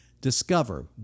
discover